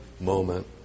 moment